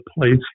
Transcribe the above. place